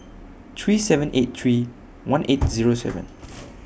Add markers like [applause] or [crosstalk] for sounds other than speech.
three seven eight three one eight [noise] Zero seven [noise]